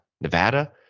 Nevada